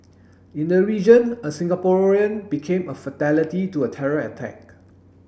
in the region a Singaporean became a fatality to a terror attack